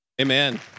Amen